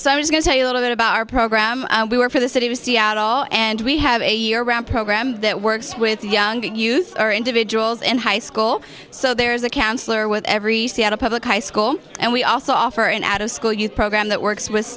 so i was going to a little bit about our program we were for the city of seattle and we have a year round program that works with young to use our individuals in high school so there's a counselor with every seattle public high school and we also offer and out of school youth program that works with